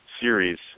series